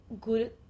good